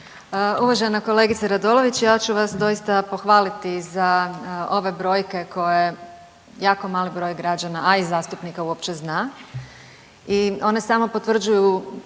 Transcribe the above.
Uvažena kolegice Radolović, ja ću vas doista pohvaliti za ove brojke koje jako mali broj građana, a i zastupnika uopće zna i one samo potvrđuju